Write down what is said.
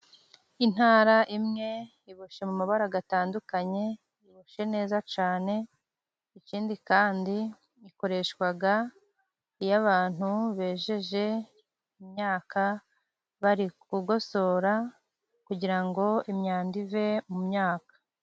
Intara imwe iboshye mu mabara atandukanye iboshye neza cyane, ikindi kandi ikoreshwa iyo abantu bejeje imyaka bari kugosora kugira ngo imyanda ive mu myaka.